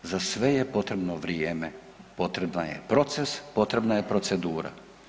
Za sve je potrebno vrijeme, potrebna je proces, potrebna je procedura.